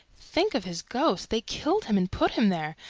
think of his ghost! they killed him and put him there,